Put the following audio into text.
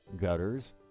gutters